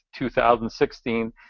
2016